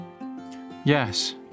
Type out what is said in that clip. Yes